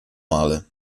male